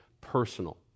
personal